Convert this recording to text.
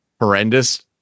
horrendous